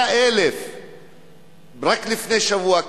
100,000. רק לפני שבוע,